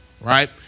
right